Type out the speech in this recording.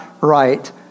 right